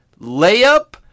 layup